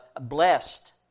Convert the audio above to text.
blessed